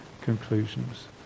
conclusions